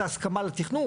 את ההסכמה לתכנון,